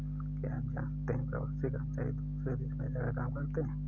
क्या आप जानते है प्रवासी कर्मचारी दूसरे देश में जाकर काम करते है?